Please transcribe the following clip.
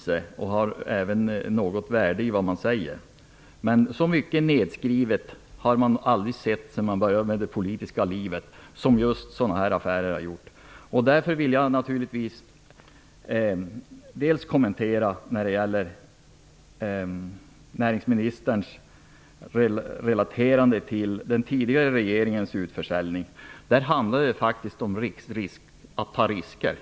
Sedan jag började i det politiska livet har jag aldrig sett att en affär skrivits ner så mycket som just den här affären. Därför vill jag naturligtvis kommentera näringsministerns relaterande till den tidigare regeringens utförsäljning av statlig egendom. Då handlade det faktiskt om att ta risker,